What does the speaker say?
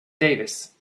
davis